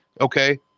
Okay